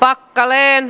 akkalleen